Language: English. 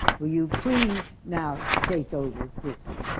will you please now take over, quickly?